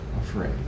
afraid